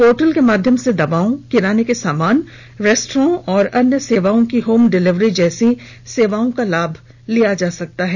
portal के माध्यम से दवाओं किराने के सामान रेस्टोरेंट और अन्य सेवाओं की होम डिलीवरी जैसी सेवाओं का लाभ लिया जा सकता है